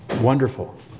Wonderful